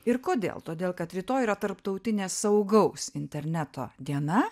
ir kodėl todėl kad rytoj yra tarptautinė saugaus interneto diena